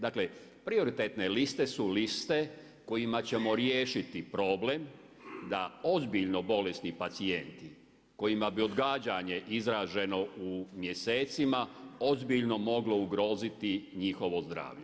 Dakle, prioritetne liste su liste kojima ćemo riješiti problem da ozbiljno bolesni pacijenti kojima bi odgađanje izraženo u mjesecima ozbiljno moglo ugroziti njihovo zdravlje.